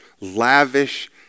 lavish